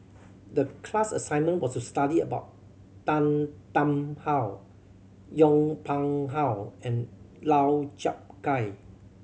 the class assignment was to study about Tan Tarn How Yong Pung How and Lau Chiap Khai